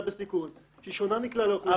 בסיכון שהיא שונה מכלל האוכלוסייה.